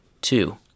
Two